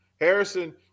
harrison